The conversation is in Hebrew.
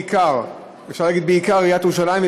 בעיקר אפשר להגיד בעיקר עיריית ירושלים,